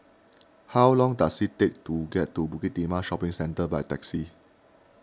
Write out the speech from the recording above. how long does it take to get to Bukit Timah Shopping Centre by taxi